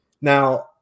Now